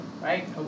right